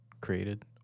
created